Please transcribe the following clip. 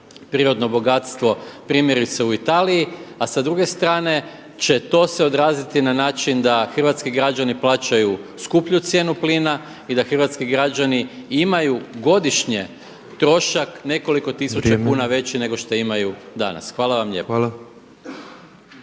prirodno bogatstvo primjerice u Italiji, a sa druge strane će to se odraziti na način da hrvatski građani plaćaju skuplju cijenu plina i da hrvatski građani imaju godišnje trošak nekoliko tisuća kuna veći nego šta imaju danas. Hvala lijepo.